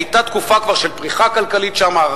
היתה כבר תקופה של פריחה כלכלית שם,